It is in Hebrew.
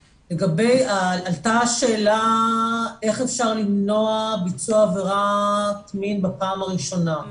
עלתה השאלה איך אפשר למנוע ביצוע עבירת מין בפעם הראשונה,